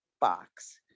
box